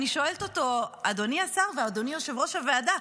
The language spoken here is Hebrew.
אני שואלת אותו: אדוני השר ואדוני יושב-ראש הוועדה,